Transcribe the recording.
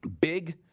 Big